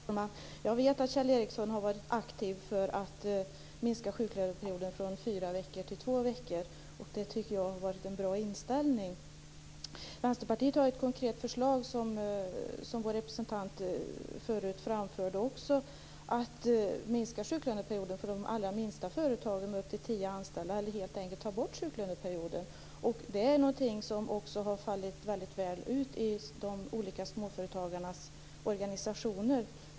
Fru talman! Jag vet att Kjell Ericsson har varit aktiv för att minska sjuklöneperioden från fyra veckor till två veckor. Det tycker jag har varit en bra inställning. Vänsterpartiet har ett konkret förslag som en av Vänsterpartiets representanter framförde tidigare om att man skall minska sjuklöneperioden för de allra minsta företagen med upp till tio anställda eller helt enkelt ta bort sjuklöneperioden för dessa företag. Det är något som också har fallit mycket väl ut i småföretagarnas olika organisationer.